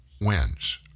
wins